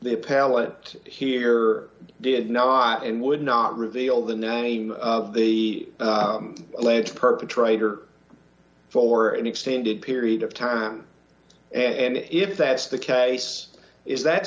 the appellate here did not and would not reveal the name of the alleged perpetrator for an extended period of time and if that's the case is that